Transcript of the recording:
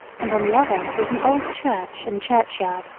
and on the other was an old church and churchyard,